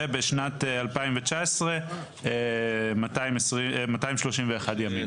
ובשנת 2019 זה 231 ימים.